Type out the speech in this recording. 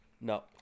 No